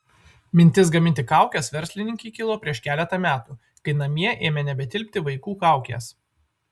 mintis gaminti kaukes verslininkei kilo prieš keletą metų kai namie ėmė nebetilpti vaikų kaukės